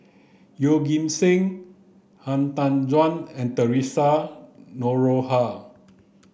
Yeoh Ghim Seng Han Tan Juan and Theresa Noronha